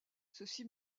ceci